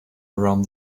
around